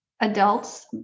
adults